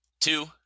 two